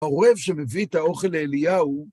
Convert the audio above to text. העורב שמביא את האוכל לאליהו